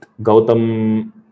Gautam